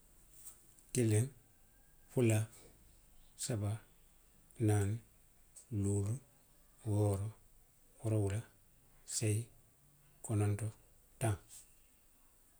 Kiliŋ, fula, saba, naani, luulu, wooro, woorowula, seyi, konoto, taŋ.